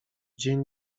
dzień